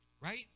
Right